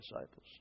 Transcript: disciples